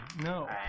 No